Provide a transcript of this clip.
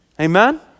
Amen